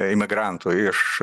imigrantų iš